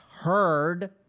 heard